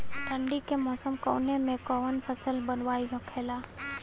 ठंडी के मौसम कवने मेंकवन फसल के बोवाई होखेला?